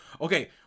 okay